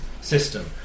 system